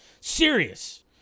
serious